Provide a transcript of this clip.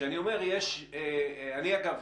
אגב,